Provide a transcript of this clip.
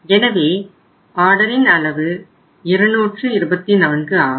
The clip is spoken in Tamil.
எனவே ஆர்டரின் அளவு 224 ஆகும்